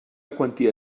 quantia